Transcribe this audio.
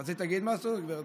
רצית לומר משהו,